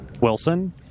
Wilson